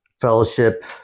Fellowship